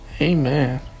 amen